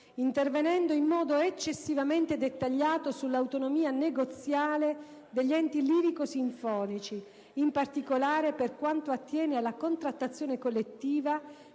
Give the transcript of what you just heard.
intervenendo in modo eccessivamente dettagliato sull'autonomia negoziale degli enti lirico-sinfonici, in particolare per quanto attiene alla contrattazione collettiva